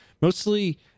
Mostly